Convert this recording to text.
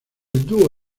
dúo